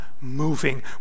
moving